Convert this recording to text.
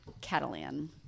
Catalan